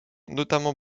notamment